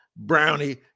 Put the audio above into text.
brownie